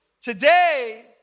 Today